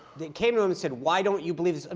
they came to him and said, why don't you believe this? um